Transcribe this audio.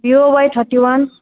यो Y thirty वन